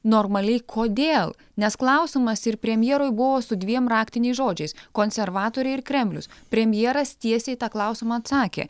normaliai kodėl nes klausimas ir premjerui buvo su dviem raktiniais žodžiais konservatoriai ir kremlius premjeras tiesiai į tą klausimą atsakė